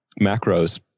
macros